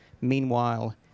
Meanwhile